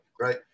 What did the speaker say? right